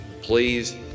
please